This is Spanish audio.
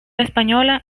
española